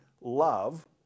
love